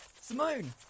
Simone